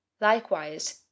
likewise